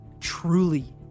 truly